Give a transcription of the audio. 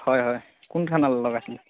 হয় হয় কোন থানাত লগাইছিল